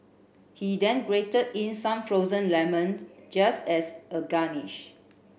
he then grated in some frozen lemon just as a garnish